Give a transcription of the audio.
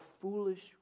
foolish